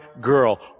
girl